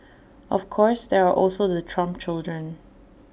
of course there are also the Trump children